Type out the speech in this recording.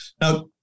Now